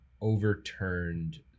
overturned